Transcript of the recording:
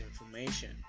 information